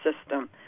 system